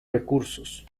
recursos